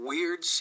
Weird